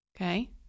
Okay